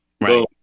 Right